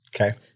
Okay